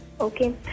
Okay